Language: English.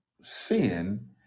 sin